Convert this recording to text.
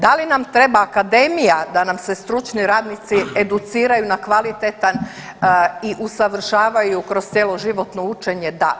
Da li nam treba akademija da nam se stručni radnici educiraju na kvalitetan i usavršavaju kroz cjeloživotno učenje, da.